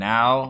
Now